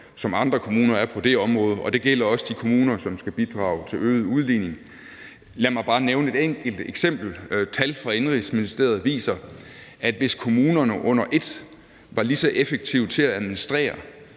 som andre kommuner er på det område, og det gælder også de kommuner, som skal bidrage til øget udligning. Lad mig bare nævne et enkelt eksempel: Tal fra Indenrigs- og Boligministeriet viser, at hvis kommunerne under et var lige så effektive til at administrere